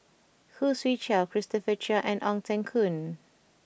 Khoo Swee Chiow Christopher Chia and Ong Teng Koon